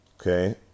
Okay